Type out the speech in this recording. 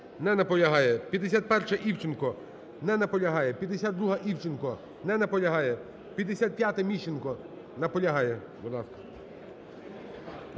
Не наполягає. 51-а, Івченко. Не наполягає. 52-а, Івченко. Не наполягає. 55-а, Міщенко. Наполягає. Будь ласка.